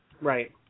Right